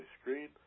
screen